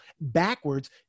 backwards